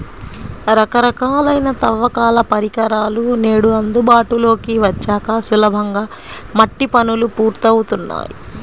రకరకాలైన తవ్వకాల పరికరాలు నేడు అందుబాటులోకి వచ్చాక సులభంగా మట్టి పనులు పూర్తవుతున్నాయి